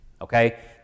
Okay